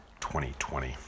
2020